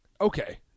Okay